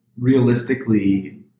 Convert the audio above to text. realistically